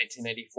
1984